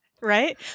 Right